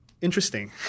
interesting